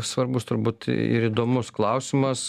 svarbus turbūt ir įdomus klausimas